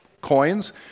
coins